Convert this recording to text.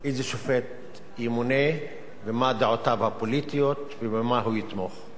איזה שופט ימונה ומה דעותיו הפוליטיות ובמה הוא יתמוך.